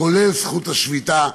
כולל זכות השביתה,